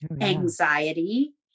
anxiety